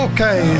Okay